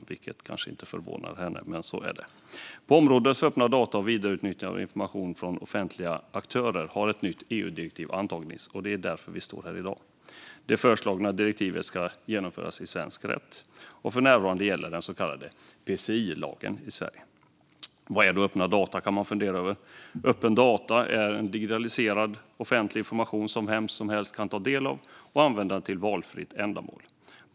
Det kanske inte förvånar henne, men så är det. På området för öppna data och vidareutnyttjande av information från offentliga aktörer har ett nytt EU-direktiv antagits. Det föreslås att direktivet ska genomföras i svensk rätt. För närvarande gäller den så kallade PSI-lagen i Sverige. Vad är då öppna data? Jo, öppna data är digitaliserad, offentlig information som vem som helst kan ta del av och använda till valfritt ändamål.